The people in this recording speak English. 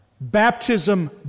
Baptism